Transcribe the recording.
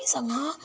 हामीसँग